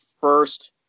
first